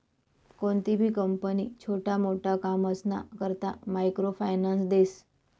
कोणतीबी कंपनी छोटा मोटा कामसना करता मायक्रो फायनान्स देस